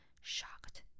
shocked